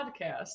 podcast